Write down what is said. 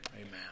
Amen